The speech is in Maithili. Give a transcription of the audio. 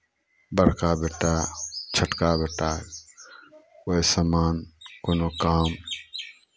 बड़का बेटा छोटका बेटा कोइ सामान कोनो काम